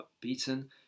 beaten